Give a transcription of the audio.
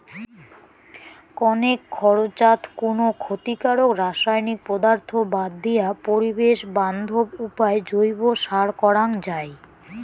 কণেক খরচাত কুনো ক্ষতিকারক রাসায়নিক পদার্থ বাদ দিয়া পরিবেশ বান্ধব উপায় জৈব সার করাং যাই